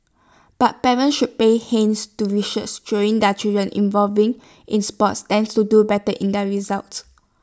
but parents should pay hence to research showing that children involving in sports tend to do better in their results